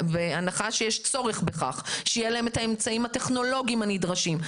בהנחה שיש צורך בכך שיהיו להם האמצעים הטכנולוגיים הנדרשים.